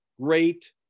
great